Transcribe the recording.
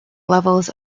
levels